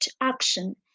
action